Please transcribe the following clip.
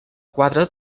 quadra